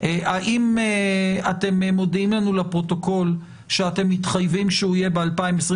האם אתם מודיעים לנו לפרוטוקול שאתם מתחייבים שהוא יהיה ב-2023?